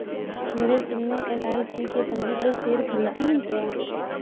नीरज तुमने एल.आई.सी के पंजीकृत शेयर खरीदे हैं क्या?